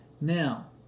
Now